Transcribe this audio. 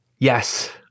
Yes